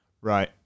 Right